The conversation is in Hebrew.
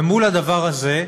ומול הדבר הזה,